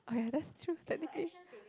oh ya that's true dedication